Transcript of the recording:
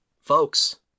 Folks